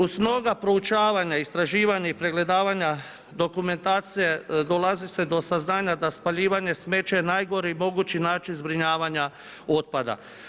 Uz mnoga proučavanja, istraživanja i pregledavanja dokumentacija, dolazi se do saznanja da je spaljivanje smeća je najgori mogući način zbrinjavanja otpada.